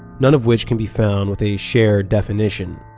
none of which can be found with a shared definition.